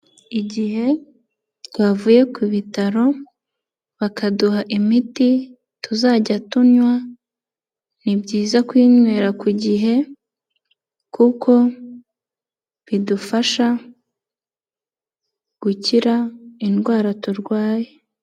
Igihe twavuye ku bitaro bakaduha imiti tuzajya tunywa, ni byiza kuyinywera ku gihe kuko bidufasha gukira indwara turwaye.